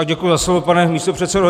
Děkuji za slovo, pane místopředsedo.